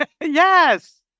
Yes